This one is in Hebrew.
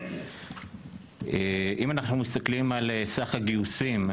אם אנחנו מסתכלים על סך הגיוסים,